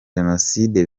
jenoside